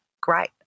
great